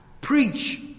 preach